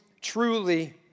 truly